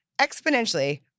Exponentially